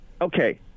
Okay